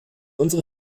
unsere